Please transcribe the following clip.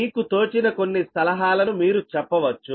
మీకు తోచిన కొన్ని సలహాలను మీరు చెప్పవచ్చు